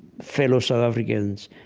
fellow south africans,